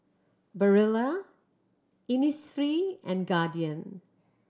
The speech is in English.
Barilla Innisfree and Guardian